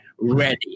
ready